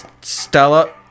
Stella